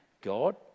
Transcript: God